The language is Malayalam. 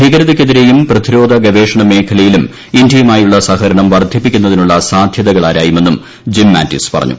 ഭീകരതയ്ക്കെതിരെയും പ്രതിരോധ ഗവേഷണ മേഖ്ലയിലും ഇന്ത്യയുമായുള്ള സഹകരണം വർദ്ധിപ്പിക്കുന്നതിനുള്ള സാധ്യതകൾ ആരായുമെന്നും ജിം മാറ്റിസ് പറഞ്ഞു